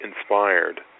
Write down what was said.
inspired